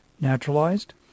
naturalized